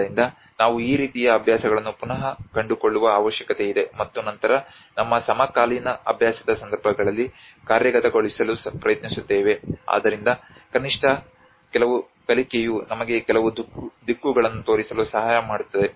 ಆದ್ದರಿಂದ ನಾವು ಈ ರೀತಿಯ ಅಭ್ಯಾಸಗಳನ್ನು ಪುನಃ ಕಂಡುಕೊಳ್ಳುವ ಅವಶ್ಯಕತೆಯಿದೆ ಮತ್ತು ನಂತರ ನಮ್ಮ ಸಮಕಾಲೀನ ಅಭ್ಯಾಸದ ಸಂದರ್ಭಗಳಲ್ಲಿ ಕಾರ್ಯಗತಗೊಳಿಸಲು ಪ್ರಯತ್ನಿಸುತ್ತೇವೆ ಆದ್ದರಿಂದ ಕನಿಷ್ಠ ಕೆಲವು ಕಲಿಕೆಯು ನಮಗೆ ಕೆಲವು ದಿಕ್ಕುಗಳನ್ನು ತೋರಿಸಲು ಸಹಾಯ ಮಾಡುತ್ತದೆ